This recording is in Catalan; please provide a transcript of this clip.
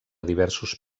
diversos